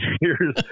years